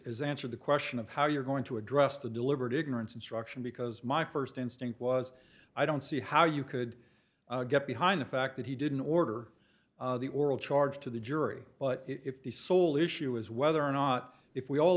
is answered the question of how you're going to address the deliberate ignorance instruction because my first instinct was i don't see how you could get behind the fact that he didn't order the oral charge to the jury but if the sole issue is whether or not if we all